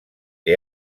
que